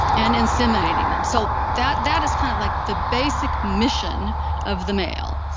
and inseminating them so that that is kind of like the basic mission of the male,